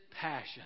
passion